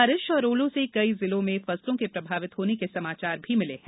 बारिश और ओलो से कई जिलों में फसलों के प्रभावित होने के समाचार भी मिले हैं